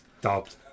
Dubbed